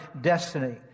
destiny